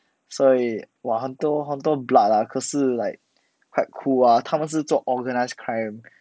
所以 !wah! 很多很多 blood lah 可是 like quite cool ah 他们是做 organised crime